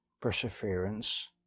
perseverance